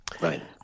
Right